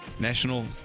National